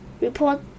Report